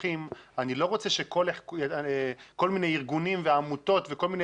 רוצה שכל מיני ארגונים ועמותות וכל מיני